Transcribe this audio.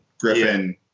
Griffin